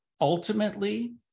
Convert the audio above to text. ultimately